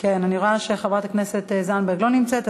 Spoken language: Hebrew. אני רואה שחברת הכנסת זנדברג לא נמצאת.